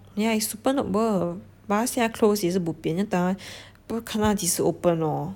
yeah it's super not worth 马来西亚 close 也是 bo pian then Taiwan 不懂看他几时 open lor